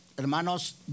Hermanos